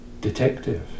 detective